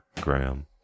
Graham